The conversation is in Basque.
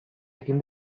egin